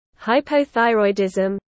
hypothyroidism